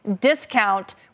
discount